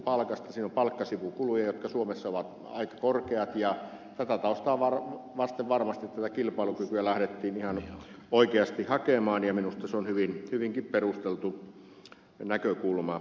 siinä on palkkasivukuluja jotka suomessa ovat aika korkeat ja tätä taustaa vasten varmasti tätä kilpailukykyä lähdettiin ihan oikeasti hakemaan ja minusta se on hyvinkin perusteltu näkökulma